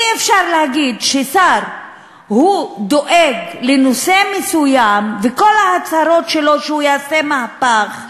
אי-אפשר להגיד ששר דואג לנושא מסוים וכל ההצהרות שלו שהוא יעשה מהפך,